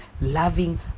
loving